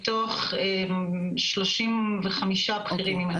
מתוך 35 בכירים אם אני לא טועה.